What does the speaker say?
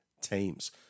teams